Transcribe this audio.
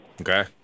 Okay